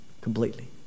completely